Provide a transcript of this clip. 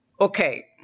okay